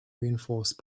reinforced